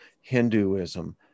Hinduism